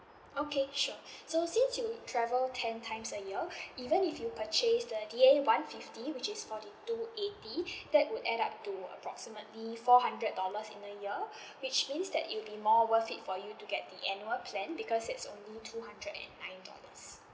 okay sure so since you travel ten times a year even if you purchase the D_A one fifty which is forty two eighty that would add up to approximately four hundred dollars in a year which means that it'll be more worth it for you to get the annual plan because it's only two hundred and nine dollar